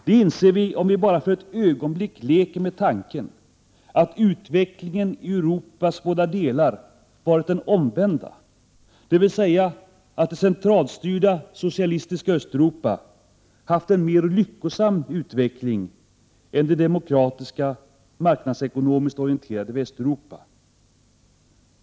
Det inser vi, om vi bara för ett ögonblick leker med tanken att utvecklingen i Europas båda delar varit den omvända, dvs. att det centralstyrda, socialistiska Östeuropa haft en mera lyckosam utveckling än det demokratiska, marknadsekonomiskt orienterade Västeuropa.